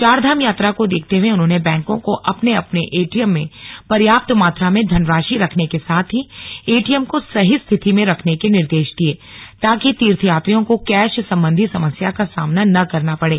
चारधाम यात्रा को देखते हुए उन्होंने बैंकों को अपने अपने एटीएम में पर्याप्त मात्रा में धनराशि रखने के साथ ही एटीएम को सही स्थिति में रखने के निर्देश दिये ताकि तीर्थयात्रियों को कैश संबंधी समस्या का सामना न करना पड़े